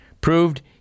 proved